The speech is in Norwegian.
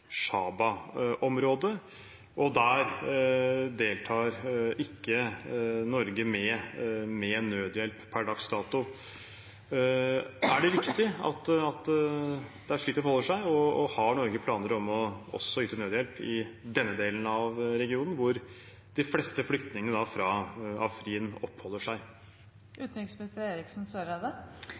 Shahba-området, og der deltar ikke Norge med nødhjelp per dags dato. Er det riktig at det er slik det forholder seg, og har Norge planer om også å yte nødhjelp i denne delen av regionen, hvor de fleste flyktningene fra Afrin oppholder seg?